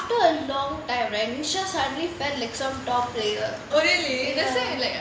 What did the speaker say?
like after a long time right nisha suddenly felt like some top player ya